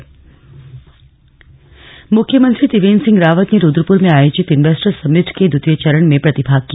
investor summit मुख्यमंत्री त्रिवेन्द्र सिंह रावत ने रूद्रपुर में आयोजित इन्वेस्टर समिट के द्वितीय चरण में प्रतिभाग किया